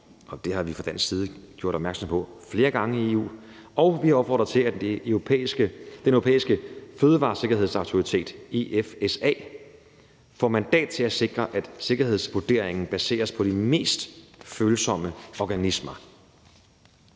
det har vi fra dansk side gjort opmærksom på flere gange i EU. Og vi har opfordret til, at Den Europæiske Fødevaresikkerhedsautoritet, EFSA, får mandat til at sikre, at sikkerhedsvurderingen baseres på de mest følsomme organismer.